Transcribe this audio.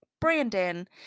Brandon